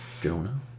Jonah